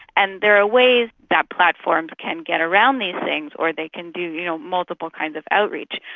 and there are ways that platforms can get around these things or they can do you know multiple kinds of outreach,